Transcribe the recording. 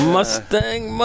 Mustang